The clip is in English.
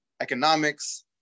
economics